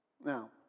Now